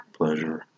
pleasure